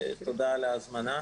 תודה על ההזמנה.